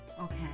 Okay